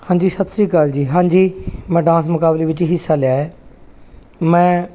ਹਾਂਜੀ ਸਤਿ ਸ਼੍ਰੀ ਅਕਾਲ ਜੀ ਹਾਂਜੀ ਮੈਂ ਡਾਂਸ ਮੁਕਾਬਲੇ ਵਿੱਚ ਹਿੱਸਾ ਲਿਆ ਹੈ ਮੈਂ